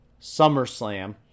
SummerSlam